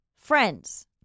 friends